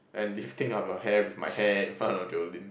and lifting up your hair with my hair in front of Jolene